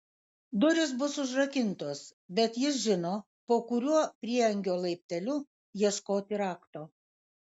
durys bus užrakintos bet jis žino po kuriuo prieangio laipteliu ieškoti rakto